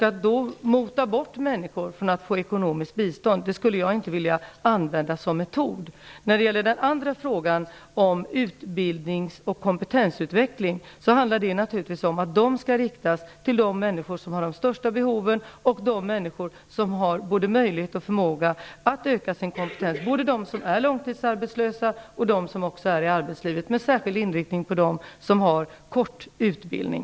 Att då mota bort människor från att få ekonomiskt bistånd skulle jag inte vilja använda som metod. När det gäller den andra frågan, om utbildnings och kompetensutveckling, handlar det naturligtvis om att platserna skall erbjudas de människor som har de största behoven och de människor som har möjlighet och förmåga att öka sin kompetens. Det gäller både de som är långtidsarbetslösa och de som är i arbetslivet, med särskild inriktning på dem som har kort utbildning.